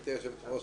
גברתי יושבת הראש,